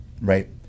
right